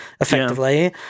effectively